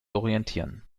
orientieren